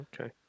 okay